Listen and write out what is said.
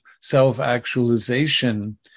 self-actualization